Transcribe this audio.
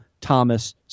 Thomas